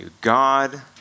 God